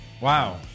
Wow